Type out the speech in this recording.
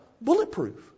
bulletproof